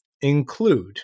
include